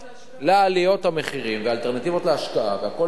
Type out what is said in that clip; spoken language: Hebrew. לעליות המחירים, והאלטרנטיבות להשקעה, והכול נכון.